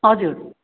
हजुर